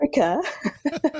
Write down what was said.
Africa